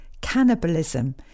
cannibalism